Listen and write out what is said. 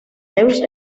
deus